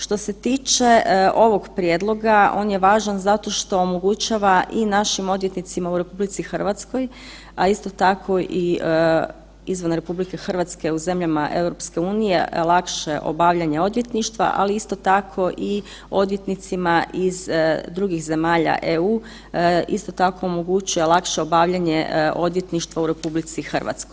Što se tiče ovog prijedloga, on je važan zato što omogućava i našim odvjetnicima u RH, a isto tako i izvan RH u zemljama EU lakše obavljanje odvjetništva, ali isto tako i odvjetnicima iz drugih zemalja EU, isto tako lakše omogućuje obavljanje odvjetništvo u RH.